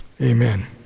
Amen